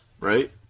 right